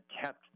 kept